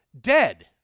dead